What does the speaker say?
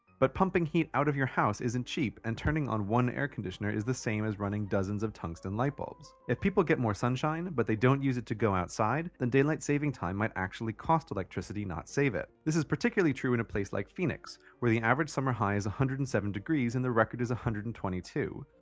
but, pumping heat out of your house isn't cheap and turning on one air conditioner is the same as running dozens of tungsten light bulbs. if people get more sunshine, but don't use it to go outside then daylight saving time might actually cost electricity, not save it. this is particularly true in a place like phoenix where the average summer high is one hundred and seven degrees and the record is one hundred and twenty two.